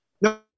No